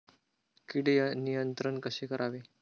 कीड नियंत्रण कसे करावे?